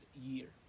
year